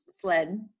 fled